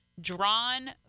drawn